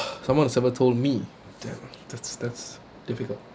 someone's never told me that that's that's difficult